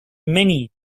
many